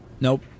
Nope